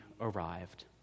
arrived